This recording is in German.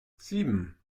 sieben